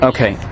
Okay